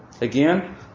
Again